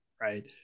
Right